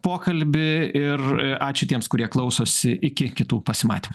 pokalbį ir ačiū tiems kurie klausosi iki kitų pasimatymų